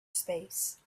space